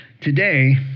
today